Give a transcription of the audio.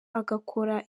agakora